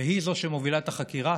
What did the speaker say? והיא שמובילה את החקירה,